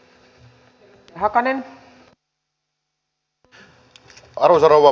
arvoisa rouva puhemies